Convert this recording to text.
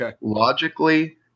Logically